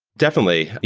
definitely.